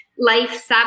life